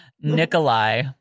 Nikolai